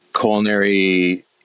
culinary